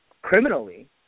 criminally